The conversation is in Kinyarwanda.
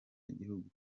igihugu